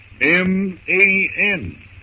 M-A-N